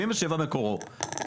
הנתון 77% מבוסס,